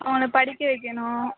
அவங்கள படிக்க வைக்கணும்